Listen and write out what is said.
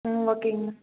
ம் ஓகேங்க